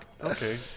Okay